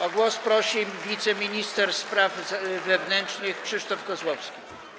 O głos prosi wiceminister spraw wewnętrznych pan Krzysztof Kozłowski.